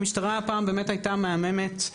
הפעם המשטרה הייתה מהממת,